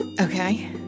Okay